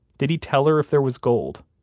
did he tell her if there was gold?